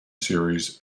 series